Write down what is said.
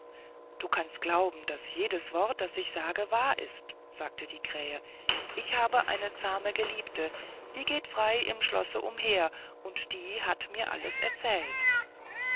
du kannst glauben daß jedes wort was ich sage wahr ist sagte die krähe ich habe eine zahme geliebte die geht frei im schlosse umher und die hat mir alles erzählt